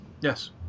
Yes